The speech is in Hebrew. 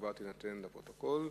התשובה תינתן לפרוטוקול.